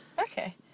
Okay